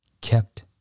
kept